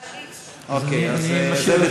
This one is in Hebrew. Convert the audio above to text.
לא, אני רוצה להגיב.